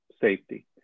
safety